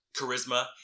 charisma